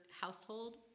household